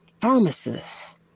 pharmacist